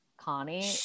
Connie